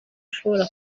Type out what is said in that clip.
ashobora